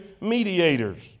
mediators